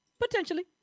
Potentially